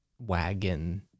wagon